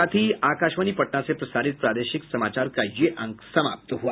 इसके साथ ही आकाशवाणी पटना से प्रसारित प्रादेशिक समाचार का ये अंक समाप्त हुआ